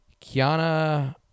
Kiana